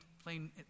Plain